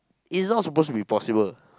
is not supposed to be possible